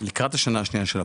לקראת השנה השנייה של הפיילוט,